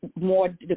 more